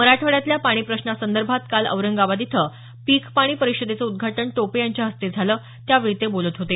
मराठवाड्यातल्या पाणी प्रश्नासंदर्भात काल औरंगाबाद इथं पीक पाणी परिषदेचं उद्घाटन टोपे यांच्या हस्ते झालं त्यावेळी ते बोलत होते